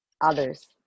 others